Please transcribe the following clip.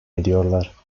ediyorlar